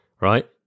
right